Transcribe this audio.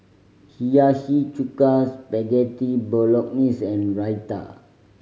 Hiyashi Chuka Spaghetti Bolognese and Raita